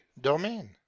domain